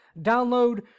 download